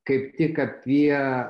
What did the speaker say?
kaip tik apie